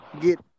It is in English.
get